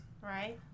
Right